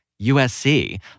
usc